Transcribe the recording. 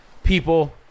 People